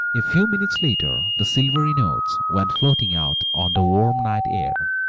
a few minutes later the silvery notes went floating out on the warm night air,